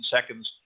seconds